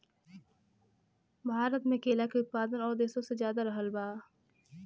भारत मे केला के उत्पादन और देशो से ज्यादा रहल बा